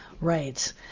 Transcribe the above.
Right